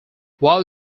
while